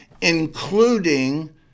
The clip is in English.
including